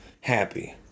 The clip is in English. happy